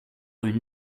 une